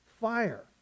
fire